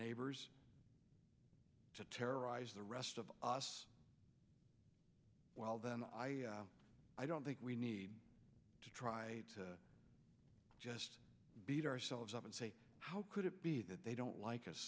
neighbors to terrorize the rest of us well then i i don't think we need to try to just beat ourselves up and say how could it be that they don't like us